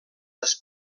les